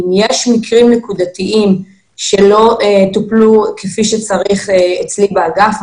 אם יש מקרים נקודתיים שלא טופלו כפי שצריך אצלי באגף,